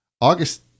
August